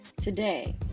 Today